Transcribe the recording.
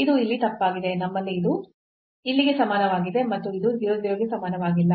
ಇದು ಇಲ್ಲಿ ತಪ್ಪಾಗಿದೆ ನಮ್ಮಲ್ಲಿ ಇದು ಇಲ್ಲಿಗೆ ಸಮಾನವಾಗಿದೆ ಮತ್ತು ಇದು 0 0 ಗೆ ಸಮಾನವಾಗಿಲ್ಲ